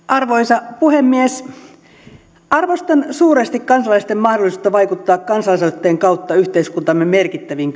arvoisa puhemies arvostan suuresti kansalaisten mahdollisuutta vaikuttaa kansalaisaloitteen kautta yhteiskuntamme merkittäviin